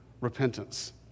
repentance